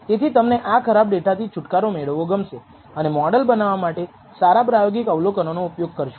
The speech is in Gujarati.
તેથી તમને આ ખરાબ ડેટાથી છુટકારો મેળવવો ગમશે અને મોડેલ બનાવવા માટે સારા પ્રાયોગિક અવલોકન નો ઉપયોગ કરશો